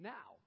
Now